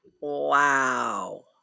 Wow